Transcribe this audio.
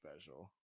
special